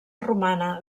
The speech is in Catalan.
romana